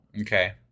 Okay